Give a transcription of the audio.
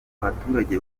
abaturage